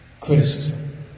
criticism